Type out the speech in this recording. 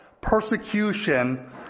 persecution